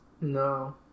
No